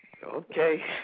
Okay